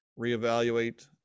reevaluate